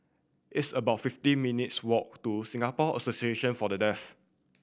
it's about fifty minutes' walk to Singapore Association For The Deaf